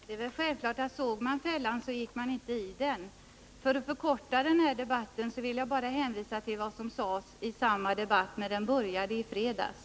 Fru talman! Det är väl självklart att om man såg fällan gick man inte i den. För att förkorta dagens debatt vill jag bara hänvisa till vad som sades i samma debatt när den började i fredags.